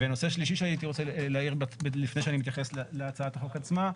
נושא שלישי שאני הייתי רוצה להעביר לפני שאני מתייחס להצעת החוק עצמה,